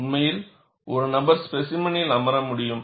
உண்மையில் ஒரு நபர் ஸ்பேசிமெனில் அமர முடியும்